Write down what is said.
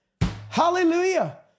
Hallelujah